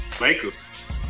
Lakers